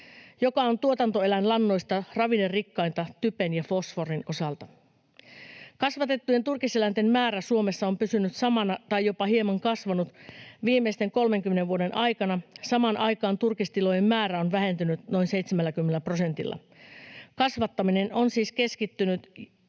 joka on tuotantoeläinlannoista ravinnerikkaita typen ja fosforin osalta. Kasvatettujen turkiseläinten määrä Suomessa on pysynyt samana tai jopa hieman kasvanut viimeisten 30 vuoden aikana. Samaan aikaan turkistilojen määrä on vähentynyt noin 70 prosentilla. Kasvattaminen on siis keskittynyt ja